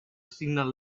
signal